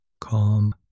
Calm